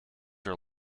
are